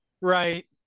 right